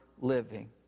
living